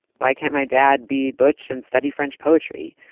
why can't my dad be butch and study french poetry?